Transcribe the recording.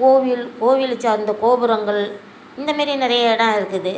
கோவில் கோவிலைச் சார்ந்த கோபுரங்கள் இந்தமாரி நிறைய இடோம் இருக்குது